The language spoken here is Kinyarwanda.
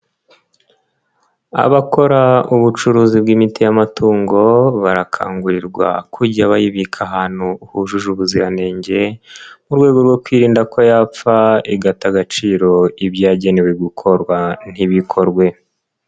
Abakora ubucuruzi bw'imiti y'amatungo barakangurirwa kujya bayibika ahantu hujuje ubuziranenge, mu rwego rwo kwirinda ko yapfa igata agaciro ibyo yagenewe gukorwa ntibikorwe.